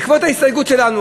בעקבות ההסתייגות שלנו,